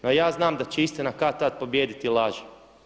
No ja znam da će istina kad-tad pobijediti laži.